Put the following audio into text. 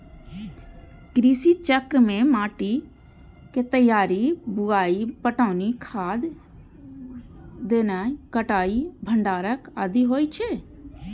कृषि चक्र मे माटिक तैयारी, बुआई, पटौनी, खाद देनाय, कटाइ आ भंडारण आदि होइ छै